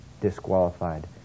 disqualified